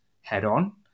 head-on